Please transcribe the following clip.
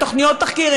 בתוכניות תחקיר,